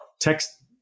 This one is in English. text